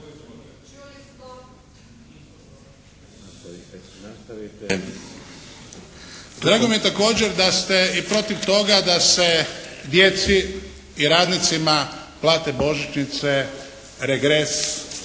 Drago mi je također da ste i protiv toga da se djeci i radnicima plate božićnice, regres,